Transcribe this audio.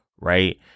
right